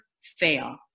fail